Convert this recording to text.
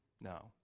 No